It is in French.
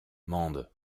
mende